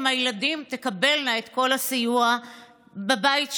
הילדים תקבלנה את כל הסיוע בבית שלהן?